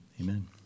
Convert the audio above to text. amen